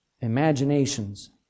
imaginations